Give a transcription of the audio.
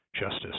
Justice